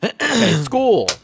School